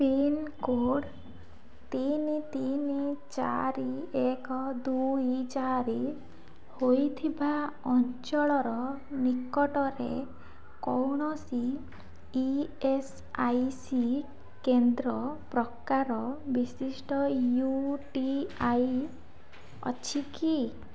pin code ତିନି ତିନି ଚାରି ଏକ ଦୁଇ ଚାରି ହୋଇଥିବା ଅଞ୍ଚଳର ନିକଟରେ କୌଣସି ଇ ଏସ୍ ଆଇ ସି କେନ୍ଦ୍ର ପ୍ରକାର ବିଶିଷ୍ଟ ୟୁ ଟି ଆଇ ଅଛି କି